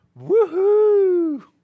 woohoo